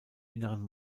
inneren